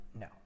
no